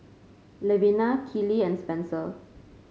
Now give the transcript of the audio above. Levina Keely and Spenser